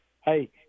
hey